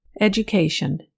Education